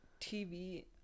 tv